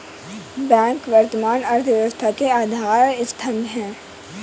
bank वर्तमान अर्थव्यवस्था के आधार स्तंभ है